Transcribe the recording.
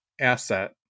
asset